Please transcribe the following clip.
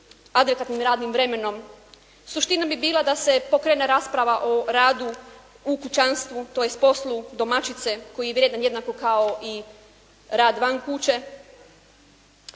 adekvatnim radnim vremenom. Suština bi bila da se pokrene rasprava o radu u kućanstvu, tj. poslu domaćice koji je vrijedan jednako kao i rad van kuće.